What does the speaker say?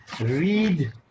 read